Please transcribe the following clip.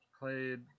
Played